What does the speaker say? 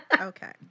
Okay